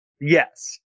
Yes